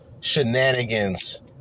shenanigans